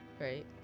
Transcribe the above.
right